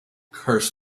curse